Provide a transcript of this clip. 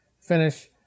Finish